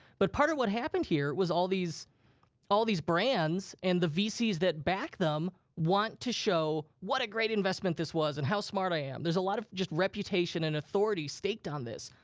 but part of what happened here was all these all these brands and the vcs that back them want to show what a great investment this was and how smart i am. there's a lot of just reputation and authority staked on this.